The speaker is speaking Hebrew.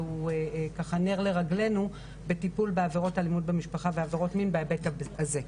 והוא נר לרגלינו בטיפול בעבירות אלימות במשפחה ועבירות מין בהיבט הזה.